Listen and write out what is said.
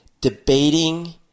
debating